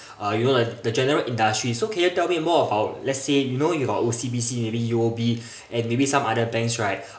uh you know the the general industry so can you tell me more about let's say you know you are O_C_B_C maybe U_O_B and maybe some other banks right